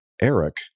Eric